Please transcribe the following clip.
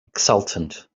exultant